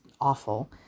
awful